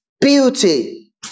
beauty